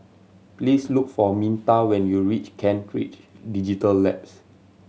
please look for Minta when you reach Kent Ridge Digital Labs